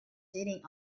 sitting